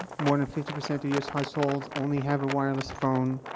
more than fifty percent of u s. households only have a wireless phone.